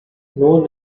known